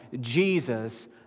Jesus